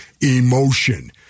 emotion